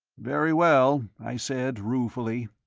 very well, i said, ruefully.